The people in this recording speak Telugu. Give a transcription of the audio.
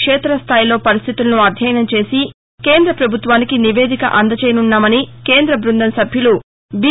క్షేతస్థాయిలో పరిస్టితులను అధ్యయనం చేసి కేంద్రప్రభుత్వానికి నివేదిక అందజేయన్నామని కేంద్ర బృందం సభ్యులు బి